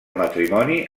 matrimoni